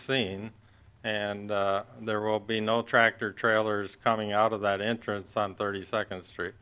seen and there will be no tractor trailers coming out of that entrance on thirty second street